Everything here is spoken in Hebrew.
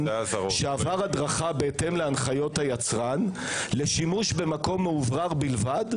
שעבר הדרכה בהתאם להנחיות היצרן לשימוש במקום מאוורר בלבד,